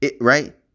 Right